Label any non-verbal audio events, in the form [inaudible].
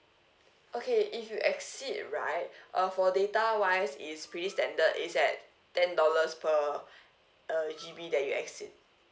okay if you exceed right [breath] uh for data wise it's pretty standard it's at ten dollars per [breath] uh G_B that you exceed